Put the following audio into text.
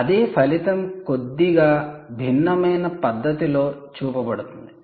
అదే ఫలితం కొద్దిగా భిన్నమైన పద్ధతి లో చూపబడుతుంది